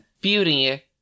beauty